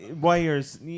Wires